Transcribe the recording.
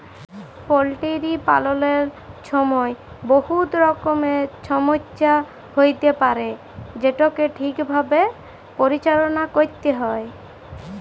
poultry পাললের ছময় বহুত রকমের ছমচ্যা হ্যইতে পারে যেটকে ঠিকভাবে পরিচাললা ক্যইরতে হ্যয়